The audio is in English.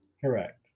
Correct